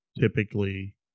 typically